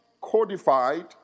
codified